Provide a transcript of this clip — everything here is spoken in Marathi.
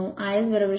09 iS ०